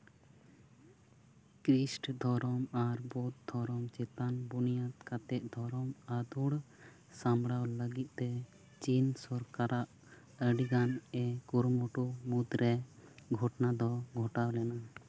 Christ ᱫᱷᱚᱨᱚᱢ ᱟᱨ ᱵᱳᱫᱷᱚ ᱫᱷᱚᱨᱚᱢ ᱪᱮᱛᱟᱱ ᱵᱩᱱᱤᱭᱟᱹᱫᱤ ᱠᱟᱛᱮᱫ ᱫᱷᱚᱨᱚᱢ ᱟᱫᱳᱲ ᱥᱟᱢᱵᱽᱲᱟᱣ ᱞᱟᱹᱜᱤᱫᱛᱮ ᱪᱤᱱ ᱥᱚᱨᱠᱟᱨᱟᱜ ᱟᱹᱰᱤ ᱜᱟᱱ ᱮ ᱠᱩᱨᱩᱢᱩᱴᱩ ᱢᱩᱫᱨᱮ ᱜᱷᱚᱴᱚᱱᱟ ᱫᱚ ᱜᱷᱚᱴᱟᱣ ᱞᱮᱱᱟ